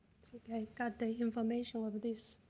got the information of this,